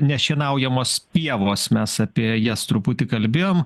nešienaujamos pievos mes apie jas truputį kalbėjom